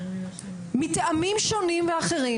מטעמים שונים ואחרים,